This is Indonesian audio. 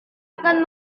akan